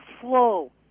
flow